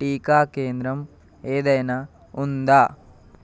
టీకా కేంద్రం ఏదైనా ఉందా